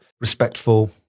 respectful